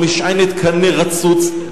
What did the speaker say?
זו משענת קנה רצוץ,